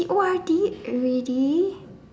he O_R_Ded already